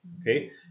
Okay